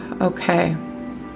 Okay